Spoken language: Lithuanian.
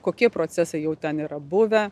kokie procesai jau ten yra buvę